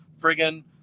friggin